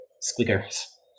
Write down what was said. squeakers